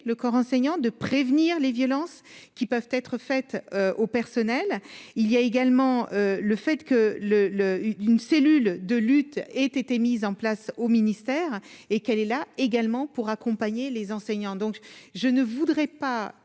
le corps enseignant de prévenir les violences qui peuvent être faites au personnel, il y a également le fait que le le une cellule de lutte est été mis en place au ministère et quelle est là également pour accompagner les enseignants, donc je ne voudrais pas